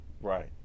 Right